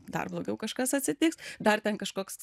dar blogiau kažkas atsitiks dar ten kažkoks